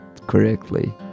correctly